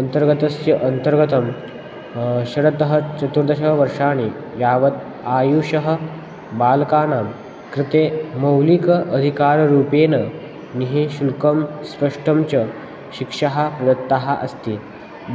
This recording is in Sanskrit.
अन्तर्गतस्य अन्तर्गतं षड्तः चतुर्दशवर्षाणि यावत् आयुषः बालकानां कृते मौलिक अधिकाररूपेण निःशुल्कं स्पष्टं च शिक्षा दत्तः अस्ति